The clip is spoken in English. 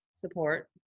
support